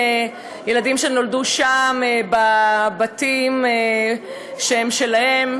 ילדים שנולדו שם בבתים שהם שלהם,